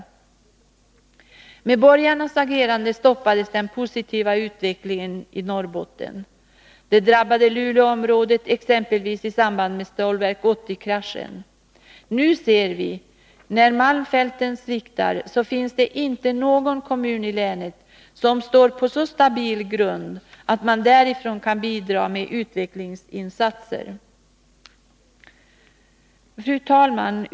Till följd av borgarnas agerande stoppades den positiva utvecklingen inom Norrbotten, t.ex. i Luleområdet i samband med Stålverk 80-kraschen. Nu ser vi, att när malmfälten sviktar, finns det inte någon kommun i länet som står på så stabil grund att man där kan bidra med utvecklingsinsatser. Fru talman!